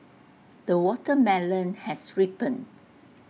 the watermelon has ripened